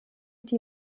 die